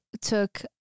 took